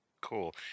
Cool